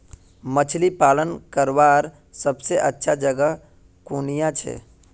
मछली पालन करवार सबसे अच्छा जगह कुनियाँ छे?